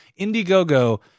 Indiegogo